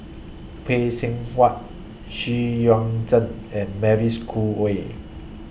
Phay Seng Whatt Xu Yuan Zhen and Mavis Khoo Oei